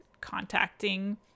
contacting